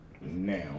now